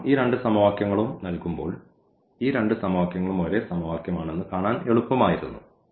കാരണം ഈ രണ്ട് സമവാക്യങ്ങളും നൽകുമ്പോൾ ഈ രണ്ട് സമവാക്യങ്ങളും ഒരേ സമവാക്യമാണെന്ന് കാണാൻ എളുപ്പമായിരുന്നു